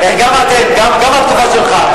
גם מהתקופה שלך.